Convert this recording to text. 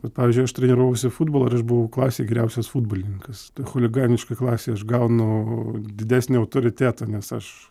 bet pavyzdžiui aš treniravausi futbolą ir aš buvau klasėj geriausias futbolininkas chuliganiškoj klasei aš gaunu didesnį autoritetą nes aš